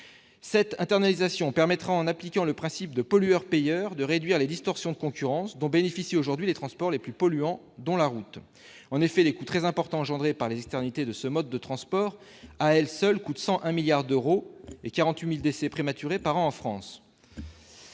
Cette internalisation permettra, en appliquant le principe de pollueur-payeur, de réduire les distorsions de concurrence dont bénéficient aujourd'hui les transports les plus polluants, dont la route. Je rappelle les coûts très importants suscités par les externalités de ce mode de transports, la pollution de l'air coûtant à elle seule 101 milliards d'euros et causant 48 000 décès prématurés par an en France.